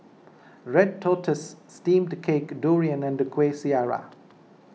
Red Tortoise Steamed Cake Durian and Kueh Syara